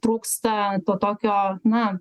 trūksta to tokio na